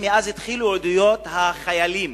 מאז התחילו עדויות החיילים